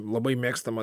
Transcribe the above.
labai mėgstama